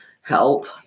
help